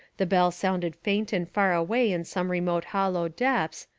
the bell sounded faint and far away in some remote hollow depths.